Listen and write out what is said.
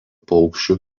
paukščių